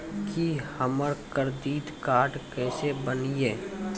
की हमर credit card केसे बनिये?